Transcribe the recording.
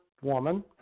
woman